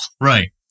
Right